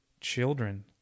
children